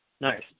Nice